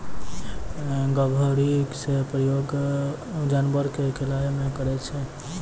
गभोरी रो प्रयोग जानवर के खिलाय मे करै छै